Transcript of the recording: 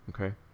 okay